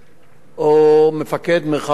או מפקד מרחב ירקון צודק.